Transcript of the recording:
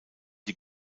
die